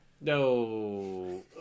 No